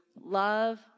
love